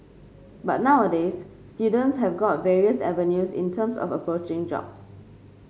but nowadays students have got various avenues in terms of approaching jobs